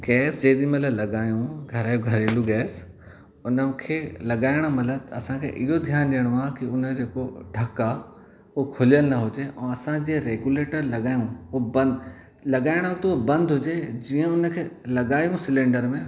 gas जेॾी महिल लॻायूं घर जो घरेलु गैस उन खे लॻाइणु महिल असांखे इहो ध्यान ॾियणो आहे त उन जो जेको ढकु आहे उहो खुलियल न हुजे ऐं असां जीअं रेगुलेटर लॻायूं उहो बंदि लॻाइणु वक़्तु उहा बंदि हुजे जीअं उन खे लॻायूं सिलेंडर में